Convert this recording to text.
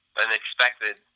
unexpected